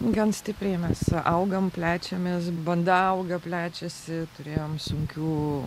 gan stipriai mes augam plečiamės bunda auga plečiasi turėjom sunkių